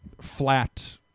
flat